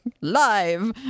live